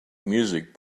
music